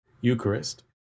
Eucharist